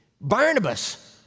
Barnabas